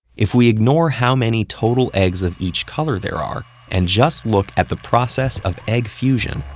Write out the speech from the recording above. if we ignore how many total eggs of each color there are, and just look at the process of egg fusion,